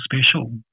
special